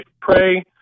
pray